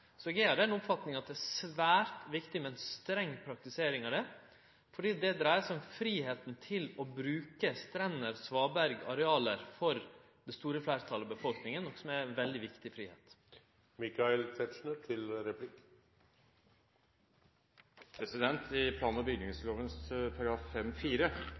Så eg meiner at det er svært viktig med ein streng praktisering her, for det dreier seg om fridomen til å bruke strender, svaberg og areal for det store fleirtalet av befolkninga, noko som er ein veldig viktig fridom. I plan- og